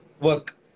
work